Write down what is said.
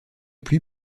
pluie